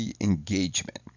engagement